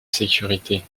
sécurité